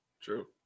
True